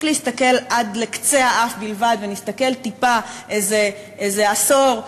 להסתכל עד לקצה האף בלבד ונסתכל טיפה איזה עשור,